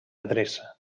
adreça